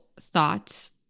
thoughts